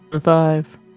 five